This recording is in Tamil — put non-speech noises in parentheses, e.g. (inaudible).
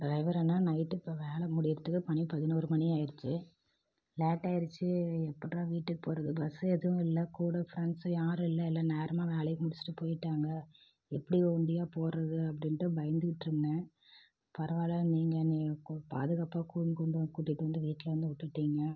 டிரைவர் அண்ணா நைட்டு இப்போ வேலை முடியுறதுக்கு மணி பதினோரு மணி ஆகிடிச்சி லேட் ஆயிடுச்சி எப்பிட்றா வீட்டுக்கு போகிறது பஸ்ஸு எதுவும் இல்லை கூட ஃப்ரெண்ட்ஸ் யாரும் இல்லை எல்லா நேரமாக வேலையை முடிச்சுட்டு போய்ட்டாங்க எப்படி ஒண்டியாக போகிறது அப்படின்ட்டு பயந்துகிட்டு இருந்தேன் பரவாயில்ல நீங்கள் என்னை பாதுகாப்பாக (unintelligible) கூட்டிகிட்டு வந்து வீட்டில் வந்து விட்டுவிட்டீங்க